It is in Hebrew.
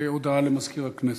הודעה למזכיר הכנסת,